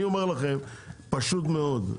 אני אומר לכם פשוט מאוד,